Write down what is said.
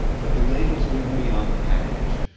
but the labels wouldn't be on the package.